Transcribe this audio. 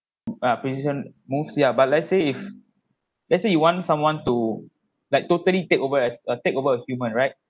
uh precision moves ya but let's say if let's say you want someone to like totally take over as uh take over a human right